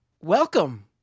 welcome